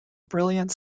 brilliant